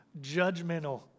judgmental